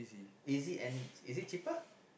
easy and is it cheaper